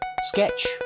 Sketch